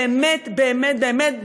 באמת באמת באמת,